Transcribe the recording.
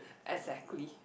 exactly